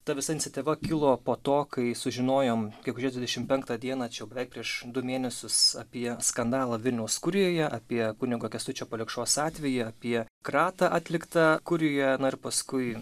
ta visa iniciatyva kilo po to kai sužinojom gegužės dvidešim penktą dieną čia beveik prieš du mėnesius apie skandalą vilniaus kurijoje apie kunigo kęstučio palikšos atvejį apie krata atlikta kurioje iri paskui